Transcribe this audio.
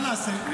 מה נעשה?